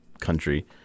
country